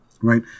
right